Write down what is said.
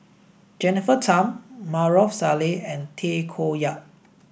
Jennifer Tham Maarof Salleh and Tay Koh Yat